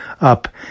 up